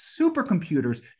supercomputers